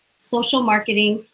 social marketing,